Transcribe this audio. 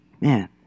man